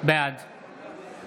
בעד